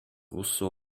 rousseau